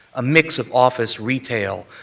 a mix of office retail,